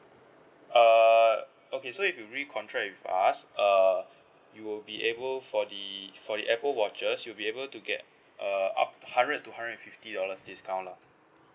err okay so if you re-contract with us err you will be able for the for the apple watches you'll be able to get uh up hundred to hundred and fifty dollars discount lah